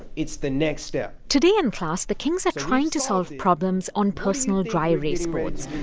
it's the next step today in class, the kings are trying to solve problems on personal dry erase boards.